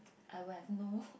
I would have know